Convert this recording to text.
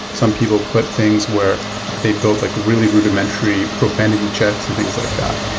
some people put things where they built like really rudimentary profanity checks and things like that.